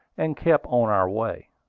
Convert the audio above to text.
and kept on our way.